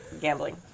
gambling